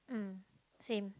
mm same